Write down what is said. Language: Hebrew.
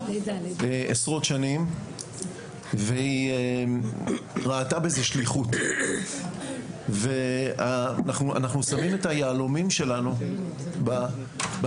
עשרות שנים והיא ראתה בזה שליחות ואנחנו שמים את היהלומים שלנו במעונות